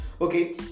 Okay